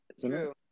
True